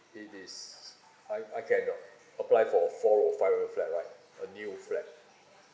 it is I I can apply for a four or five room flat right a new flat